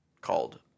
called